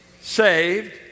saved